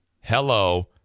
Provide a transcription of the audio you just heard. Hello